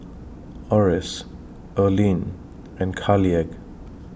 Orris Erline and Carleigh